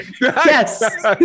Yes